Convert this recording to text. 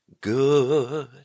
good